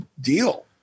deal